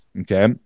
Okay